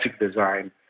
design